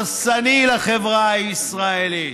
הרסני לחברה הישראלית,